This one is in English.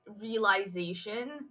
realization